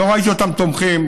לא ראיתי אותם תומכים,